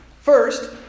First